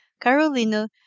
Carolina